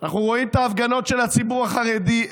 אנחנו רואים את ההפגנות של הציבור החרדי,